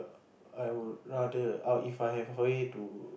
I would rather oh If I have a way to